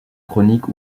chroniques